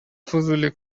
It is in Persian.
فضولی